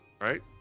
Right